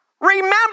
Remember